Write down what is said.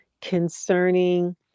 concerning